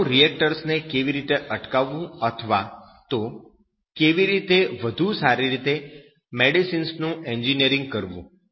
પરમાણુ રિએક્ટર્સ ને કેવી રીતે અટકાવવું અથવા તો કેવી રીતે વધુ સારી રીતે મેડિસિનનું એન્જિનિયરિંગ કરવું